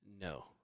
No